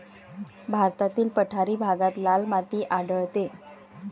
भारतातील पठारी भागात लाल माती आढळते